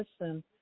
listen